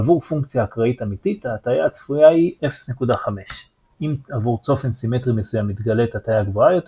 עבור פונקציה אקראית אמיתית ההטיה הצפויה היא 0.5. אם עבור צופן סימטרי מסוים מתגלית הטיה גבוהה יותר